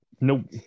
Nope